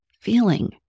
feeling